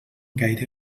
gaire